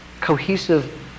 cohesive